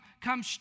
come